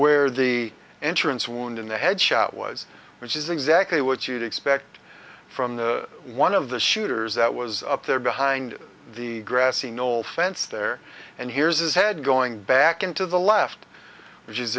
where the entrance wound in the head shot was which is exactly what you'd expect from the one of the shooters that was up there behind the grassy knoll fence there and here's his head going back into the left which is